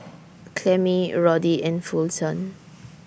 Clemmie Roddy and Fulton